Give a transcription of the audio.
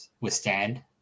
withstand